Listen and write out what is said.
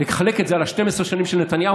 תחלק את זה על 12 השנים של נתניהו,